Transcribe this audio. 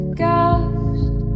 ghost